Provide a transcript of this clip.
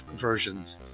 versions